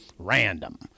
Random